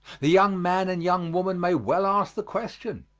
the young man and young woman may well ask the question.